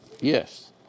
Yes